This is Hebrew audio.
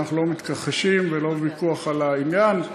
אנחנו לא מתכחשים ואין ויכוח על העניין,